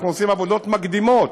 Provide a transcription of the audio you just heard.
אנחנו עושים עבודות מקדימות.